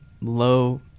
low